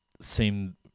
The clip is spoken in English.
seem